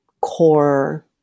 core